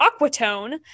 Aquatone